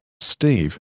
Steve